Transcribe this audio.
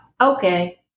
okay